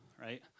right